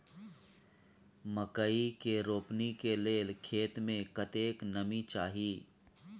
मकई के रोपनी के लेल खेत मे कतेक नमी चाही?